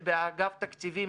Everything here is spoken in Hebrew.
ובאגף התקציבים,